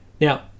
now